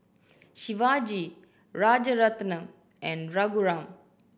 Shivaji Rajaratnam and Raghuram